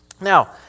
Now